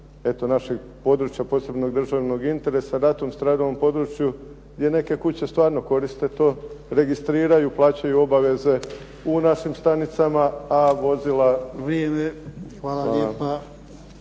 našeg područja od posebnog državnog interesa, ratom stradalom području gdje neke kuće stvarno koriste to, registriraju i plaćaju obaveze u našim stanicama a vozila. **Jarnjak, Ivan (HDZ)**